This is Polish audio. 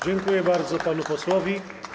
Dziękuję bardzo panu posłowi.